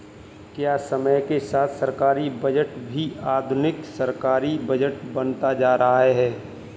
क्या समय के साथ सरकारी बजट भी आधुनिक सरकारी बजट बनता जा रहा है?